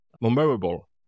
memorable